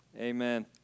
Amen